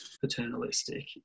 paternalistic